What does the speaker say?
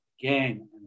again